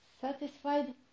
satisfied